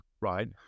right